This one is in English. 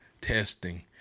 testing